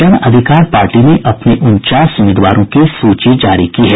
जन अधिकार पार्टी ने अपने उनचास उम्मीदवारों की सूची जारी की है